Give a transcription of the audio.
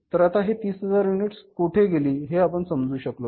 तर आता हे 30000 युनिट्स कोठे गेली हे आपण समजू शकलो नाही